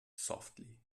softly